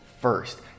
first